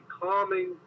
calming